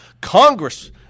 Congress